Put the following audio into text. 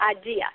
idea